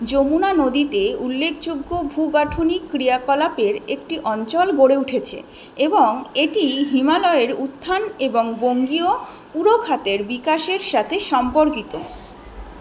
যমুনা নদীতে উল্লেখযোগ্য ভূ গাঠনিক ক্রিয়াকলাপের একটি অঞ্চল গড়ে উঠেছে এবং এটি হিমালয়ের উত্থান এবং বঙ্গীয় পুরোখাতের বিকাশের সাথে সম্পর্কিত